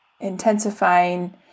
intensifying